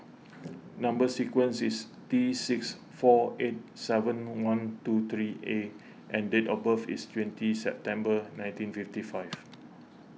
Number Sequence is T six four eight seven one two three A and date of birth is twenty September nineteen fifty five